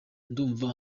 ndumva